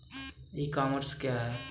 ई commerce क्या है?